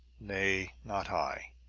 nay not i.